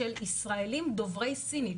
של ישראלים דוברי סינית,